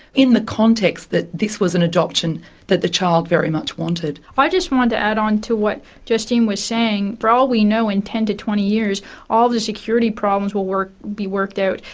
in the context that this was an adoption that the child very much wanted. i just want to add on to what justine was saying, for all we know in ten to twenty years all the security problems will be worked out,